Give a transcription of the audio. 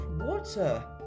water